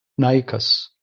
naikas